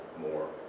more